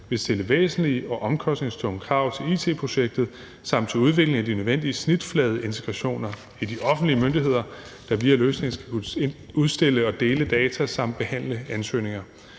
vil stille væsentlige og omkostningstunge krav til it-projektet samt til udviklingen af de nødvendige snitfladeintegrationer i de offentlige myndigheder, der via løsningen skal kunne udstille og dele data samt behandle ansøgninger.